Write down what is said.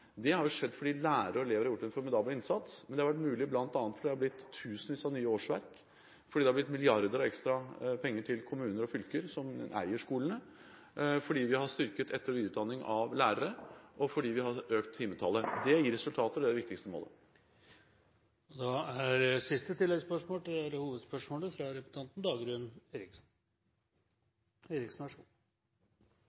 Det har jo skjedd fordi lærere og elever har gjort en formidabel innsats, men det har vært mulig bl.a. fordi det har blitt tusenvis av nye årsverk, fordi det har blitt milliarder av ekstra penger til kommuner og fylker, som eier skolene, fordi vi har styrket etter- og videreutdanning av lærere, og fordi vi har økt timetallet. Det gir resultater, og det er det viktigste målet. Dagrun Eriksen – til